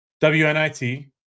WNIT